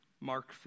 Mark